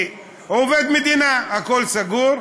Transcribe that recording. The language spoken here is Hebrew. כי הוא עובד מדינה, הכול סגור,